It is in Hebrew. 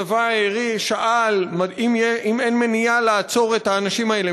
הצבא שאל: אם אין מניעה לעצור את האנשים האלה,